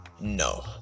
no